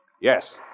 Yes